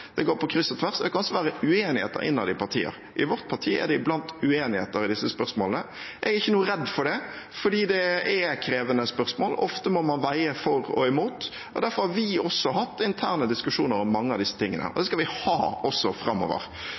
Det går på kryss og tvers. Det kan også være uenigheter innad i partier. I vårt parti er det iblant uenigheter i disse spørsmålene. Jeg er ikke noe redd for det, for det er krevende spørsmål. Ofte må man veie for og imot, derfor har vi også hatt interne diskusjoner om mange av disse tingene. Det skal vi også ha framover.